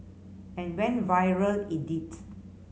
and went viral it did